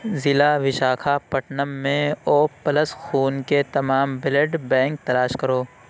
ضلع وشاکھاپٹنم میں O plus خون کے تمام بلڈ بینک تلاش کرو